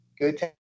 good